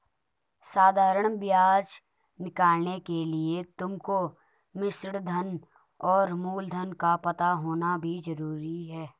साधारण ब्याज निकालने के लिए तुमको मिश्रधन और मूलधन का पता होना भी जरूरी है